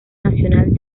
nacional